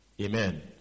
Amen